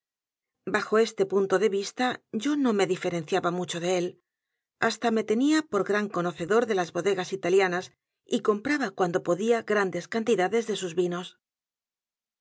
bajo este punto d e vista yo no me diferenciaba mucho de é l hasta me tenía por g r a n conocedor de las bodegas italianas y compraba cuando podía grandes cantidades de sus vinos